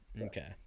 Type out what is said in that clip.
Okay